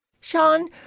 Sean